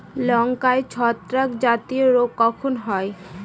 লঙ্কায় ছত্রাক জনিত রোগ কখন হয়?